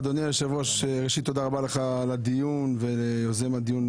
ראשית תודה על הדיון וליוזם הדיון,